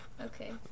okay